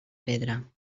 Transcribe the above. pedra